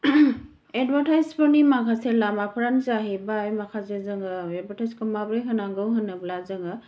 एदभार्टाइसफोरनि माखासे लामाफोरानो जाहैबाय माखासे जोङो एदभार्टाइसखौ माबोरै होनांगौ होनोब्ला जोङो